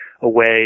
away